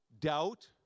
Doubt